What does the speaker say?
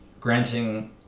granting